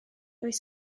oes